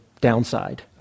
downside